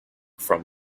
from